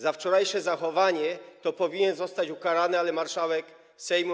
Za wczorajsze zachowanie to powinien zostać ukarany, ale marszałek Sejmu.